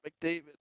McDavid